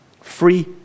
Free